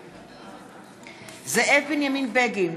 נגד זאב בנימין בגין,